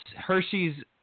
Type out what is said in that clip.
Hershey's